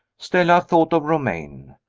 stella thought of romayne.